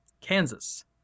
Kansas